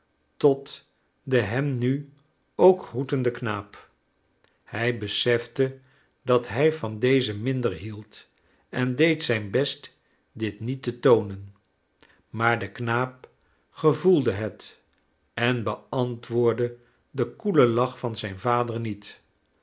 tot den hem nu ook groetenden knaap hij besefte dat hij van dezen minder hield en deed zijn best dit niet te toonen maar de knaap gevoelde het en beantwoordde den koelen lach van zijn vader niet